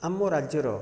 ଆମ ରାଜ୍ୟର